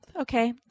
okay